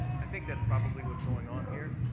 i think that's probably what's going on here.